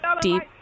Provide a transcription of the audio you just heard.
deep